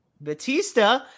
Batista